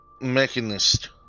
Mechanist